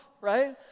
right